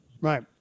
Right